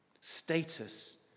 status